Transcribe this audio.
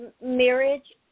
marriage